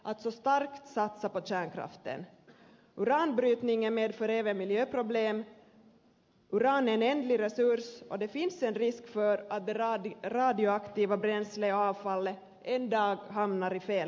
uran är en ändlig resurs och det finns en risk för att det radioaktiva bränslet och avfallet en dag hamnar i fel händer